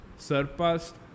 Surpassed